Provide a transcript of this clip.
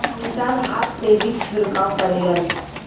किसान हाथ से भी छिड़काव करेलन